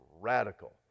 radical